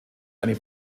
eine